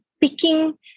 picking